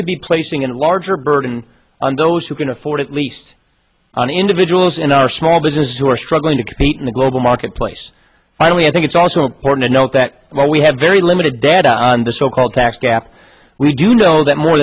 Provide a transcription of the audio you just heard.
could be placing a larger burden on those who can afford at least on individuals in our small businesses who are struggling to compete in the global marketplace finally i think it's also important to note that while we have very limited data on the so called tax gap we do know that more